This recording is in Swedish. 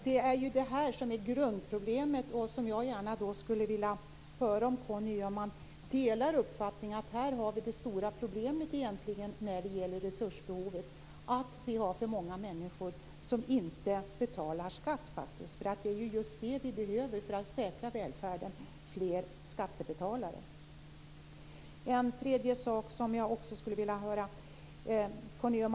Det är det här som är grundproblemet. Jag skulle vilja höra om Conny Öhman delar uppfattningen att detta är det stora problemet när det gäller resursbehovet. Det är för många människor som inte betalar skatt. Vi behöver fler skattebetalare för att säkra välfärden.